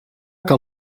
que